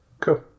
cool